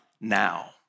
now